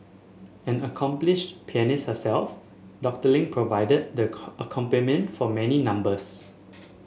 an accomplished pianist herself Doctor Ling provided the accompaniment for many numbers